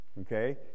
okay